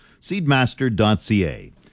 Seedmaster.ca